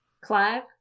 Clive